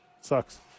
Sucks